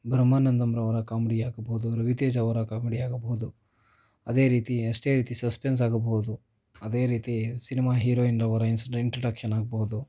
ಬ್ರಹ್ಮಾನಂದಂರವರ comedy ಆಗಬಹುದು ರವಿತೇಜ ಅವರ comedy ಆಗಬಹುದು ಅದೇ ರೀತಿ ಅಷ್ಟೇ ರೀತಿ ಸಸ್ಪೆನ್ಸ್ ಆಗಬಹುದು ಅದೇ ರೀತಿ ಸಿನಿಮಾ ಹೀರೋಯಿನ್ರವರ ಇನ್ಸೂ ಇಂಟ್ರೊಡಕ್ಷನ್ ಆಗಬಹುದು